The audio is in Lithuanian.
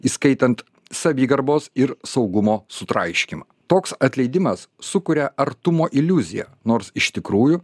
įskaitant savigarbos ir saugumo sutraiškymą toks atleidimas sukuria artumo iliuziją nors iš tikrųjų